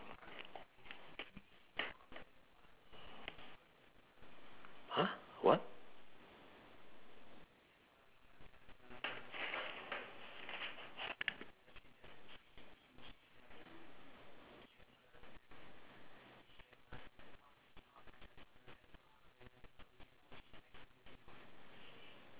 !huh! what